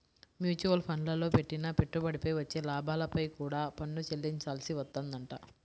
mutual ఫండ్లల్లో పెట్టిన పెట్టుబడిపై వచ్చే లాభాలపై కూడా పన్ను చెల్లించాల్సి వత్తదంట